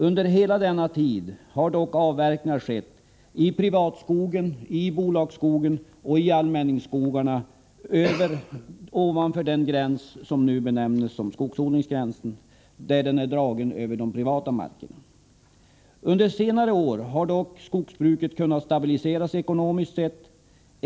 Under hela denna tid har dock avverkningar skett, i privatskogen, i bolagsskogen och i allmänningsskogarna, ovanför den gräns som nu när den dragits över de privata markerna benämns skogsodlingsgränsen. Under senare år har dock skogsbruket kunnat stabiliseras ekonomiskt sett.